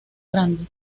grande